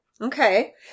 Okay